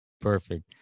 Perfect